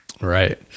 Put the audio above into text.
Right